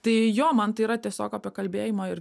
tai jo man tai yra tiesiog apie kalbėjimą ir